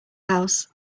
house